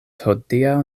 hodiaŭ